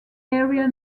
area